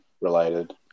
related